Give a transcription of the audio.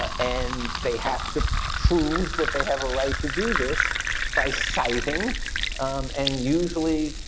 ah and they have to prove that they have a right to do this by citing and usually